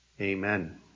Amen